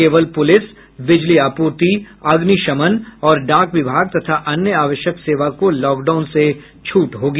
केवल पुलिस बिजली आपूर्ति अग्निशमन और डाक विभाग तथा अन्य आवश्यक सेवा को लॉकडाउन से छूट होगी